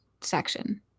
section